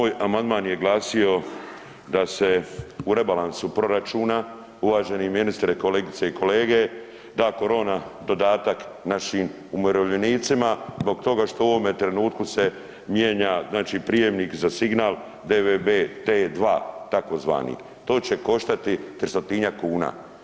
Moj amandman je glasio da se u rebalansu proračuna uvaženi ministre, kolegice i kolege, da korona dodatak našim umirovljenicima zbog toga što u ovome trenutku se mijenja prijamnik za signal DVB T2 takozvani, to će koštati 300-njak kuna.